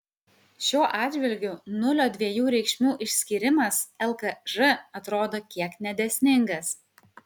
šiuo atžvilgiu nulio dviejų reikšmių išskyrimas lkž atrodo kiek nedėsningas